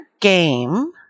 game